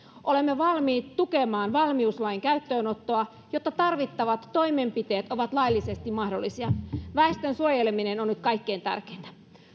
olemme valmiit tukemaan valmiuslain käyttöönottoa jotta tarvittavat toimenpiteet ovat laillisesti mahdollisia väestön suojeleminen on nyt kaikkein tärkeintä